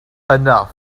enough